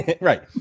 Right